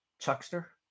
Chuckster